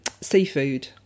seafood